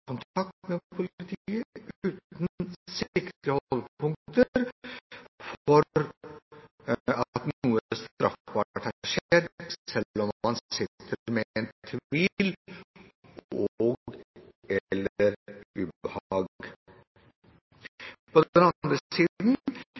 kontakt med politiet uten sikre holdepunkter for at noe straffbart har skjedd, selv om man sitter med